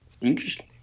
Interesting